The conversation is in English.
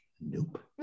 Nope